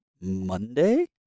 Monday